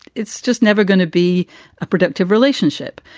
it's just never going to be a productive relationship.